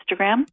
Instagram